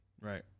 Right